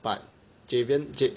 but Javien